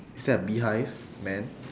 is that a beehive man